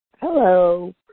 Hello